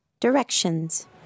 Directions